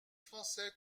français